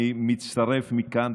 אני מצטרף מכאן,